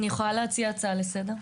אני יכולה להציע הצעה לסדר?